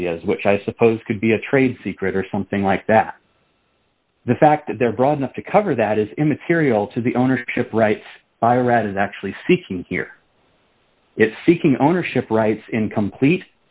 ideas which i suppose could be a trade secret or something like that the fact that they're broad enough to cover that is immaterial to the ownership rights i read as actually seeking here it's seeking ownership rights in complete